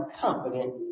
confident